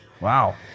Wow